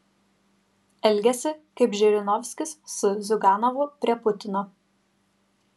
elgiasi kaip žirinovskis su ziuganovu prie putino